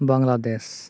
Bangladesh